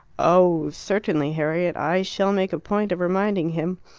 oh, certainly, harriet. i shall make a point of reminding him.